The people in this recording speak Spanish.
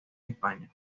españa